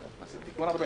פתרונות.